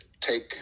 take